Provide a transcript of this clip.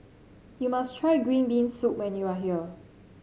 you must try Green Bean Soup when you are here